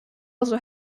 also